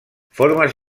formes